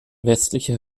westlicher